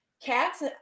cats